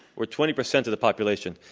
were twenty percent of the population.